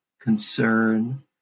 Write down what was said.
concern